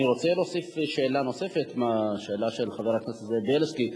אני רוצה להוסיף שאלה לשאלה של חבר הכנסת זאב בילסקי.